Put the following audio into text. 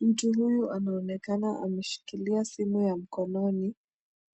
Mtu huyu anaonekana ameshikilia simu ya mkononi